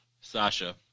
Sasha